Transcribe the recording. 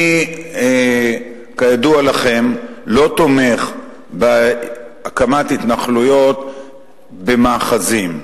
אני, כידוע לכם, לא תומך בהקמת התנחלויות במאחזים.